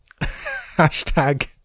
hashtag